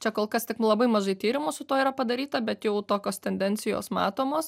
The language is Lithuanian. čia kol kas tik labai mažai tyrimų su tuo yra padaryta bet jau tokios tendencijos matomos